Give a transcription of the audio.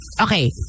okay